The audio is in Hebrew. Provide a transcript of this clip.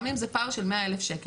גם אם זה פער של 100,000 שקל,